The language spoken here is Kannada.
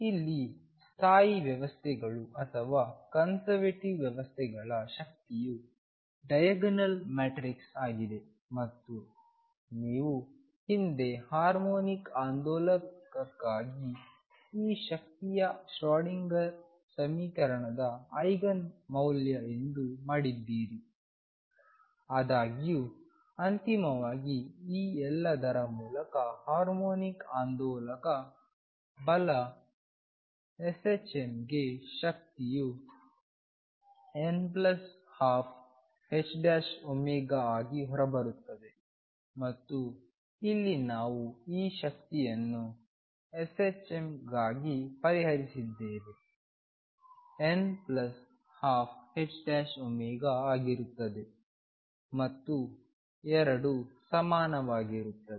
ಇಲ್ಲಿ ಸ್ಥಾಯಿ ವ್ಯವಸ್ಥೆಗಳು ಅಥವಾ ಕನ್ಸರ್ವೇಟಿವ್ ವ್ಯವಸ್ಥೆಗಳ ಶಕ್ತಿಯು ಡಯಾಗನಲ್ ಮ್ಯಾಟ್ರಿಕ್ಸ್ ಆಗಿದೆ ಮತ್ತು ನೀವು ಹಿಂದೆ ಹಾರ್ಮೋನಿಕ್ ಆಂದೋಲಕಕ್ಕಾಗಿ ಈ ಶಕ್ತಿಯನ್ನು ಶ್ರೋಡಿಂಗರ್ ಸಮೀಕರಣದ ಐಗನ್ ಮೌಲ್ಯ ಎಂದು ಮಾಡಿದ್ದೀರಿ ಆದಾಗ್ಯೂ ಅಂತಿಮವಾಗಿ ಈ ಎಲ್ಲದರ ಮೂಲಕ ಹಾರ್ಮೋನಿಕ್ ಆಂದೋಲಕ ಬಲ s h m ಗೆ ಶಕ್ತಿಯು n12ℏω ಆಗಿ ಹೊರಬರುತ್ತದೆ ಮತ್ತು ಇಲ್ಲಿ ನಾವು ಈ ಶಕ್ತಿಯನ್ನು s h m ಗಾಗಿ ಪರಿಹರಿಸಿದ್ದೇವೆ n12ℏω ಆಗಿರುತ್ತದೆ ಮತ್ತು ಎರಡು ಸಮಾನವಾಗಿರುತ್ತದೆ